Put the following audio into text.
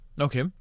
Okay